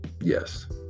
Yes